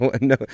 no